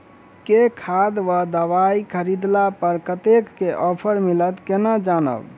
केँ खाद वा दवाई खरीदला पर कतेक केँ ऑफर मिलत केना जानब?